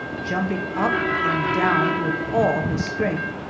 jumping up and down with all his strength.